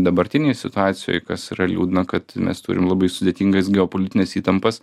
dabartinėj situacijoj kas yra liūdna kad mes turim labai sudėtingas geopolitines įtampas